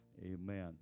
Amen